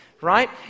right